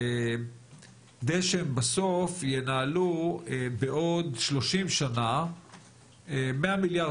כדי שהם בסוף ינהלו בעוד 30 שנה 100 מיליארד